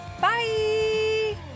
bye